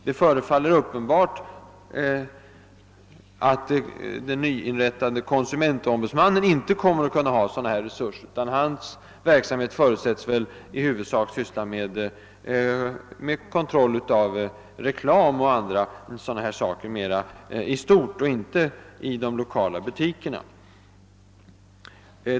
Det förefaller uppenbart att den nyinrättade konsumentombudsmannainstitutionen inte kommer att ha sådana resurser; konsumentombudsmannen förutsättes i huvudsak komma att syssla med kontroll av reklam och liknande mera i stort, och inte vad det gäller de enskilda butikerna.